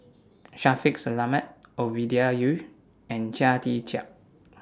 Shaffiq Selamat Ovidia Yu and Chia Tee Chiak